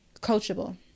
coachable